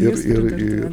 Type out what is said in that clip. ir ir ir